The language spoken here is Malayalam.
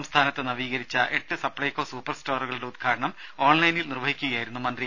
സംസ്ഥാനത്ത് നവീകരിച്ച എട്ട് സപ്ലൈകോ സൂപ്പർ സ്റ്റോറുകളുടെ ഉദ്ഘാടനം ഓൺലൈനിൽ നിർവ്വഹിച്ച് സംസാരിക്കുകയായിരുന്നു മന്ത്രി